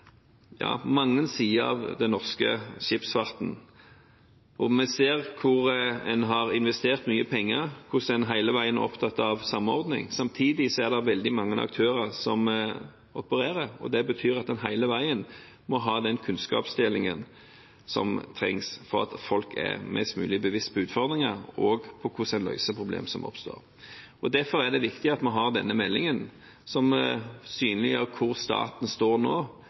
ja mange sider av den norske skipsfarten. Vi ser hvor man har investert mye penger, hvordan man hele veien er opptatt av samordning. Samtidig er det veldig mange aktører som opererer. Det betyr at man hele veien trenger å ha en kunnskapsdeling for å gjøre folk mest mulig bevisst på utfordringer, og på hvordan man løser problemer som oppstår. Derfor er det viktig at vi har denne meldingen, som synliggjør hvor staten står nå,